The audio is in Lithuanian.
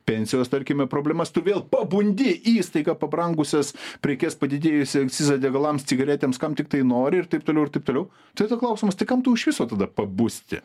pensijos tarkime problemas tu vėl pabundi į staiga pabrangusias prekes padidėjusį akcizą degalams cigaretėms kam tiktai nori ir taip toliau ir taip toliau tai tada klausimas tai kam tu iš viso tada pabusti